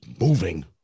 moving